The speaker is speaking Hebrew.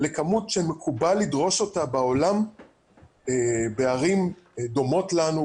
לכמות שמקובל לדרוש אותה בעולם בערים דומים לנו,